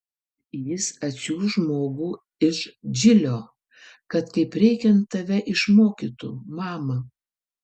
jis atsiųs žmogų iš džilio kad kaip reikiant tave išmokytų mama